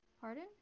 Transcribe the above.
Pardon